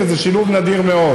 וזה שילוב נדיר מאוד,